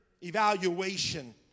evaluation